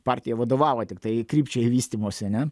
partija vadovavo tiktai krypčiai vystymosi ane